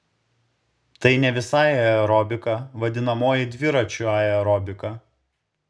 tai ne visai aerobika vadinamoji dviračių aerobika